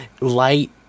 light